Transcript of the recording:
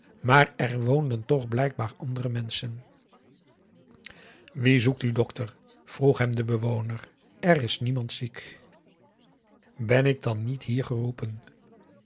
maar er woonden toch blijkbaar andere menschen wie zoekt u dokter vroeg hem de bewoner er is niemand ziek ben ik dan niet hier geroepen